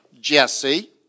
Jesse